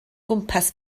gwmpas